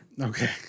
Okay